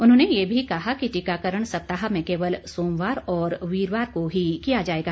उन्होंने ये भी कहा कि टीकाकरण सप्ताह में केवल सोमवार और वीरवार को ही किया जाएगा